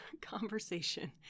conversation